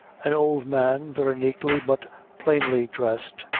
an old man, very neatly but plainly dressed,